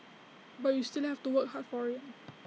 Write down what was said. but you still have to work hard for IT